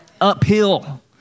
uphill